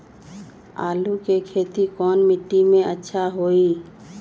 आलु के खेती कौन मिट्टी में अच्छा होइ?